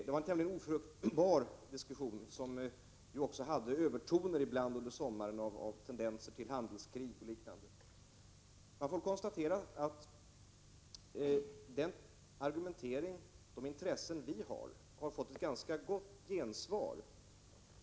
Det var en tämligen ofruktbar diskussion, som under sommaren också hade övertoner med tendenser till handelskrig och liknande. Man får nu konstatera att den argumentering vi fört har fått ett ganska gott gensvar.